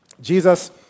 Jesus